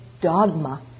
dogma